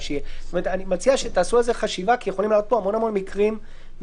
אני מציע שתעשו על זה חשיבה כי יכולים להיות כאן המון מקרי קצה.